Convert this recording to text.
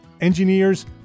engineers